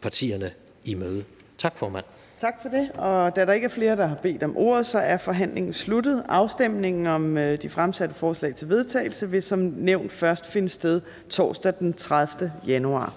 partierne i møde. Tak, formand. Kl. 15:00 Fjerde næstformand (Trine Torp): Tak for det. Da der ikke er flere, der har bedt om ordet, er forhandlingen sluttet. Afstemningen om de fremsatte forslag til vedtagelse vil som nævnt først finde sted torsdag den 30. januar